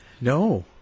no